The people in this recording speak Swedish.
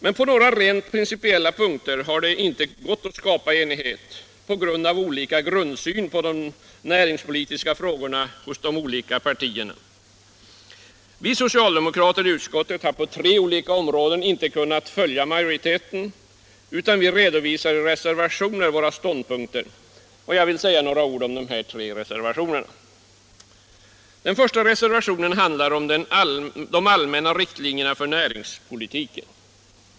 I några rent principiella punkter har det inte gått att skapa enighet på grund av olika grundsyn på de näringspolitiska frågorna hos de olika partierna. Vi socialdemokrater i utskottet har på tre områden inte kunnat följa majoriteten utan redovisar i reservationer våra ståndpunkter, och jag vill säga några ord om de tre reservationerna. Den första reservationen handlar om de allmänna riktlinjerna för näringspolitiken.